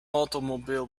automobile